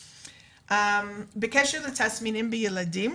בקשר לתסמינים בילדים,